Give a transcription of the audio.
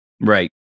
Right